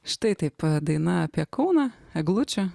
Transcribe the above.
štai taip pat daina apie kauną eglučių